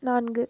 நான்கு